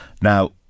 Now